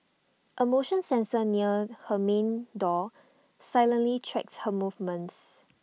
A motion sensor near her main door silently tracks her movements